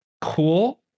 cool